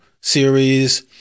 series